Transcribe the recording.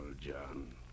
John